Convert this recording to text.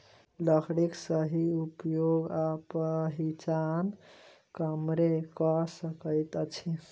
लकड़ीक सही उपयोग आ पहिचान कमारे क सकैत अछि